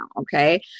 Okay